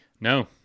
No